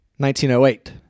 1908